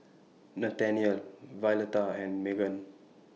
Nathaniel Violeta and Meghan